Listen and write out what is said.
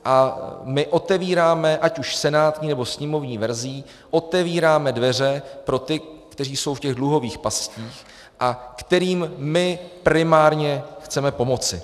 A my otevíráme, ať už senátní, nebo sněmovní verzí, otevíráme dveře pro ty, kteří jsou v těch dluhových pastích a kterým my primárně chceme pomoci.